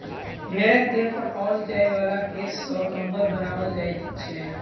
भेंड़क देह पर पाओल जाय बला केश सॅ कम्बल बनाओल जाइत छै